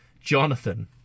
Jonathan